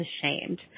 ashamed